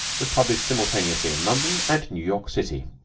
was published simultaneously in london and new york city